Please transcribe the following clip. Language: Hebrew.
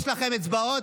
יש לכם הצבעות,